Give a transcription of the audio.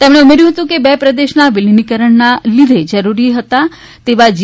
તેમણે ઉમેર્યું હતું કે બે પ્રદેશના વિલીનીકરાણને લીધે જરૂરી હતા તેવા જી